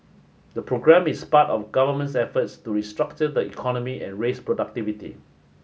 the programme is part of governments efforts to restructure the economy and raise productivity